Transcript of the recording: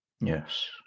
Yes